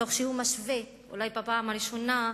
תוך שהוא משווה, אולי בפעם הראשונה,